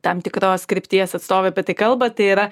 tam tikros krypties atstovai apie tai kalba tai yra